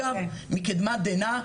מקדמת דנא,